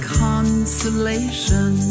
consolation